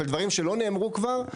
ועל דברים שלא נאמרו כבר,